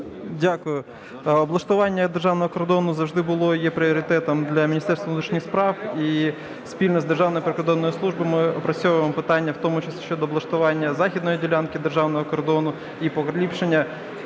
Дякую. Облаштування державного кордону завжди було і є пріоритетом для Міністерства внутрішніх справ, і спільно з Державною прикордонною службою ми опрацьовуємо питання в тому числі щодо облаштування західної ділянки державного кордону і поліпшення